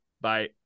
Bye